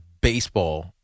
baseball